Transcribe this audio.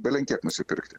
belenkiek nusipirkti